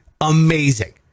amazing